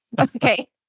Okay